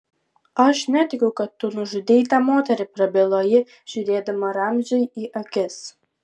aš netikiu kad tu nužudei tą moterį prabilo ji žiūrėdama ramziui į akis